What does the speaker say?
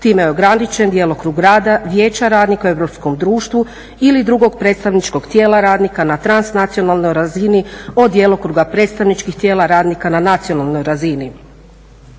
Time je ograničen djelokrug rada Vijeća radnika u europskom društvu ili drugog predstavničkog tijela radnika na transnacionalnoj razini od djelokruga predstavničkih tijela radnika na nacionalnoj razini.